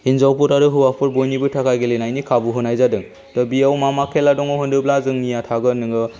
हिनजावफोर आरो हौवाफोर बयनिबो थाखाय गेलेनायनि खाबु होनाय जादों दा बेयाव मा मा खेला दङ होनोब्ला जोंनिया थागोन नोङो